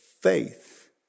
faith